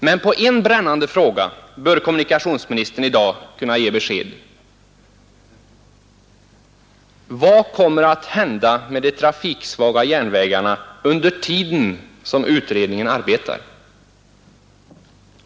Men på en brännande fråga bör kommunikationsministern i dag kunna ge besked: Vad kommer att hända med de trafiksvaga järnvägarna under tiden som utredningen arbetar?